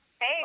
Hey